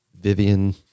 Vivian